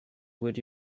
would